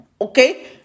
Okay